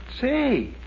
Say